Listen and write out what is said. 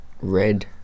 red